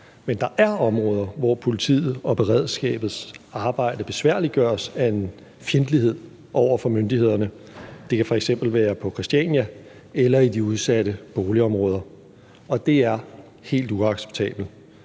Men der er områder, hvor politiets og beredskabets arbejde besværliggøres af en fjendtlighed over for myndighederne – det kan f.eks. være på Christiania eller i de udsatte boligområder – og det er helt uacceptabelt.